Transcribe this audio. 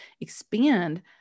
expand